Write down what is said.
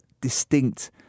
distinct